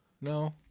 No